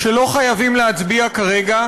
שלא חייבים להצביע כרגע,